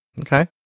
Okay